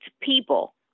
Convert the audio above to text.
people